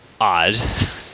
odd